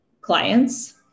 clients